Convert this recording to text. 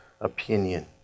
opinion